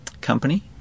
company